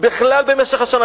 בכלל במשך השנה,